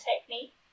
Technique